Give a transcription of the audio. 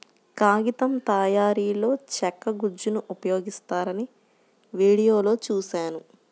కాగితం తయారీలో చెక్క గుజ్జును ఉపయోగిస్తారని వీడియోలో చూశాను